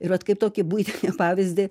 ir vat kaip tokį buitinį pavyzdį